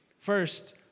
First